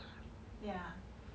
yeah